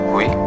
Oui